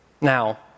Now